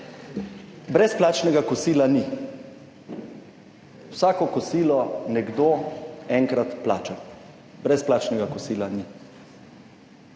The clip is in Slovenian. Brezplačnega kosila ni. Vsako kosilo nekdo enkrat plača. Brezplačnega kosila ni.